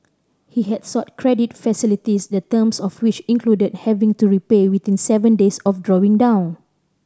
he had sought credit facilities the terms of which included having to repay within seven days of drawing down